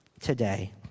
today